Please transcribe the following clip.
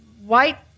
white